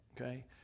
Okay